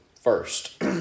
first